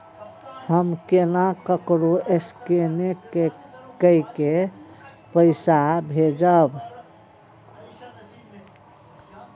हम केना ककरो स्केने कैके पैसा भेजब?